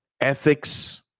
ethics